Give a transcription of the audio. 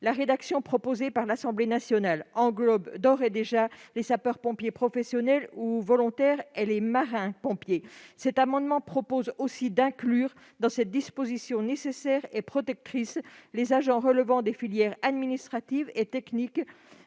La rédaction proposée par l'Assemblée nationale englobe d'ores et déjà les sapeurs-pompiers professionnels ou volontaires et les marins-pompiers. Les auteurs de cet amendement proposent d'inclure dans cette disposition nécessaire et protectrice les agents relevant des filières administratives et techniques